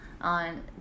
on